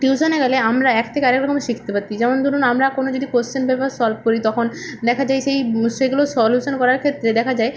টিউশনে গেলে আমরা এক থেকে আরেক রকমের শিখতে যেমন ধরুন আমরা কোনো যদি কোয়েশ্চেন পেপার সলভ করি তখন দেখা যায় সেই সেগুলো সলিউশন করার ক্ষেত্রে দেখা যায়